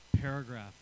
paragraph